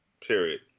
Period